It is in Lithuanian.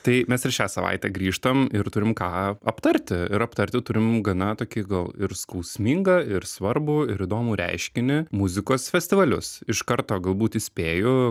tai mes ir šią savaitę grįžtam ir turim ką aptarti ir aptarti turim gana tokį gal ir skausmingą ir svarbų ir įdomų reiškinį muzikos festivalius iš karto galbūt įspėju